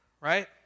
right